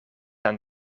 aan